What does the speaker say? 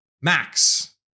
Max